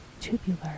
tubular